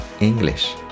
English